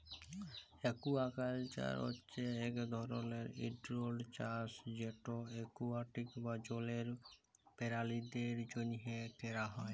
aquaculture হছে ইক ধরলের কল্ট্রোল্ড চাষ যেট একুয়াটিক বা জলের পেরালিদের জ্যনহে ক্যরা হ্যয়